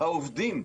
העובדים.